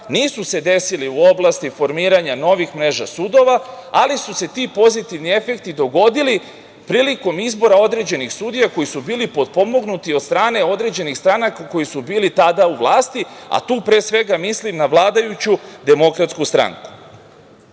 nisu se desili u oblasti formiranja novih mreža sudova, ali su se ti pozitivni efekti dogodili prilikom izbora određenih sudija koji su bili potpomognuti od strane određenih stranaka koje su bile tada u vlasti, a tu pre svega mislim na vladajuću DS. U tom trenutku